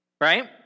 right